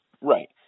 Right